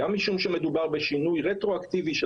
גם משום שמדובר בשינוי רטרואקטיבי של